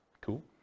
Cool